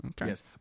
yes